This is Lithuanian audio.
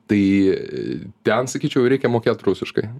tai ten sakyčiau reikia mokėt rusiškai